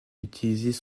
utilisés